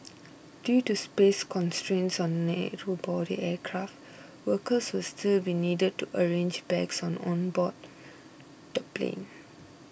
due to space constraints on narrow body aircraft workers will still be needed to arrange bags on board the plane